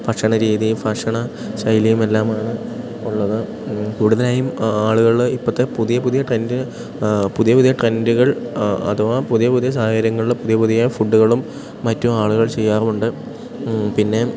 ഭക്ഷണ രീതിയും ഭക്ഷണ ശൈലിയും എല്ലാമാണ് ഉള്ളത് കൂടുതലായും ആളുകൾ ഇപ്പോഴത്തെ പുതിയ പുതിയ ട്രെൻഡ് പുതിയ പുതിയ ട്രെൻഡുകൾ അഥവാ പുതിയ പുതിയ സാഹചര്യങ്ങളിൽ പുതിയ പുതിയ ഫുഡ്ഡുകളും മറ്റും ആളുകൾ ചെയ്യാറുണ്ട് പിന്നെ